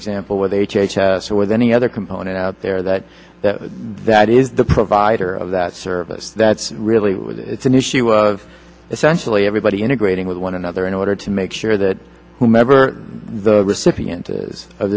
example with h h s or with any other component out there that that is the provider of that service that's really it's an issue of essentially everybody integrating with one another in order to make sure that whomever the recipient is